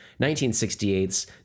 1968's